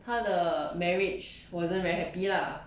他的 marriage wasn't very happy lah